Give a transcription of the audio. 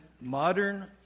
modern